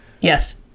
Yes